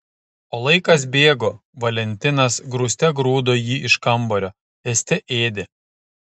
o laikas bėgo valentinas grūste grūdo jį iš kambario ėste ėdė